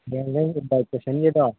ꯍꯌꯦꯡ ꯅꯪ ꯏꯟꯕꯥꯇꯤꯁꯤꯁꯟꯒꯤꯗꯣ